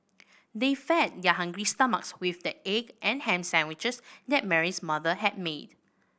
they fed their hungry stomachs with the egg and ham sandwiches that Mary's mother had made